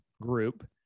group